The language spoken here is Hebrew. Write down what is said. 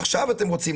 עכשיו אתם רוצים,